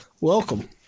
Welcome